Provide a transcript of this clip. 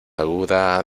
aguda